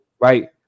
right